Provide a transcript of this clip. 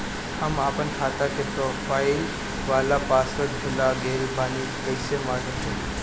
हम आपन खाता के प्रोफाइल वाला पासवर्ड भुला गेल बानी कइसे मालूम चली?